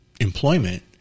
employment